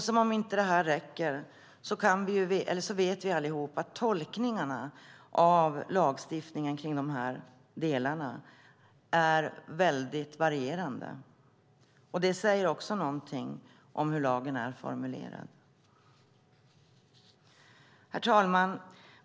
Som om inte det räckte vet vi alla att tolkningarna av lagstiftningen i de olika delarna varierar. Det säger också något om hur lagen är formulerad. Herr talman!